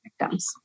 victims